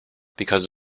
because